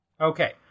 Okay